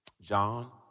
John